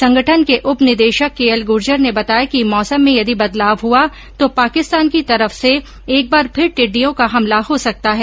संगठन के उप निदेशक केएल गूर्जर ने बताया कि मौसम में यदि बदलाव हुआ तो पाकिस्तान की तरफ से एक बार फिर टिड्डियों का हमला हो सकता है